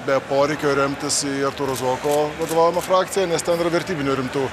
be poreikio remtis į artūro zuoko vadovaujamą frakciją nes ten yra vertybinių rimtų